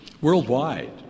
worldwide